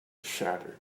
shattered